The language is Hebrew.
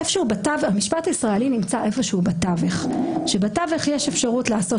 המשפט הישראלי נמצא איפה שהוא בתווך כאשר בתווך יש אפשרות לעשות